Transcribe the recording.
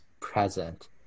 present